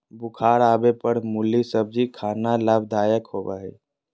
बुखार आवय पर मुली सब्जी खाना लाभदायक होबय हइ